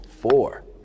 Four